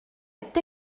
est